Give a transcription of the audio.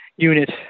unit